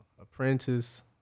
apprentice